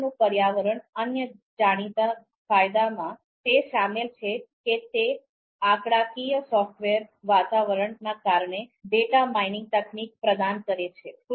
R નું પર્યાવરણ અન્ય જાણીતા ફાયદામાં તે શામેલ છે કે તે આંકડાકીય સોફ્ટવેર વાતાવરણ ના કારણે ડેટા માઇનિંગ તકનીક પ્રદાન કરે છે